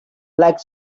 like